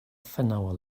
hour